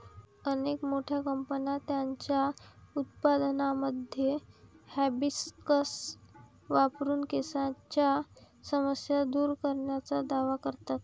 अनेक मोठ्या कंपन्या त्यांच्या उत्पादनांमध्ये हिबिस्कस वापरून केसांच्या समस्या दूर करण्याचा दावा करतात